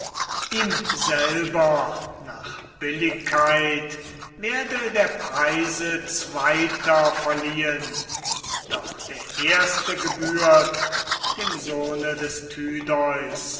ihm selber nach billigkeit werde der preise zweiter verliehen doch der erste gebührt dem sohne des